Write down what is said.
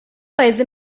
paese